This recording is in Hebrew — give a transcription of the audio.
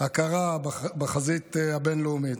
הקרה בחזית הבין-לאומית.